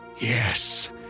Yes